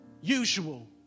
usual